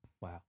Wow